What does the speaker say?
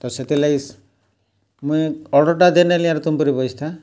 ତ ସେଥିର୍ଲାଗି ମୁଇଁ ଅର୍ଡ଼ର୍ଟା ଦେଇ ନେଲି ଆର୍ ତୁନ୍କରି ବସିଥାଏଁ